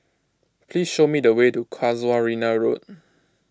please show me the way to Casuarina Road